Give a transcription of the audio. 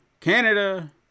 Canada